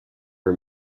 for